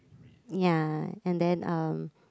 ya and then um